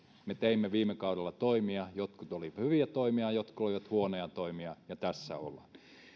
me teimme viime kaudella toimia jotkut olivat hyviä toimia jotkut olivat huonoja toimia ja tässä ollaan